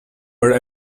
were